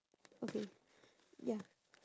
okay ya